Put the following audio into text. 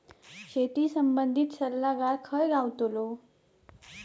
शेती संबंधित सल्लागार खय गावतलो?